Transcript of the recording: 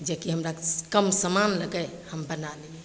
जेकि हमरा कम समान लागै हम बना ली